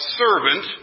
servant